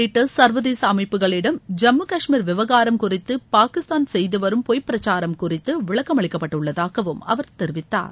உள்ளிட்ட சர்வதேச அமைப்புகளிடம் ஜம்மு காஷ்மீர் விவகாரம் குறித்து பாகிஸ்தான் செய்துவரும் பொய் பிரச்சாரம் குறித்து விளக்கம் அளிக்கப்பட்டுள்ளதாகவும் அவர் தெரிவித்தார்